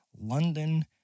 London